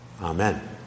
Amen